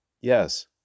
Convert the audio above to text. Yes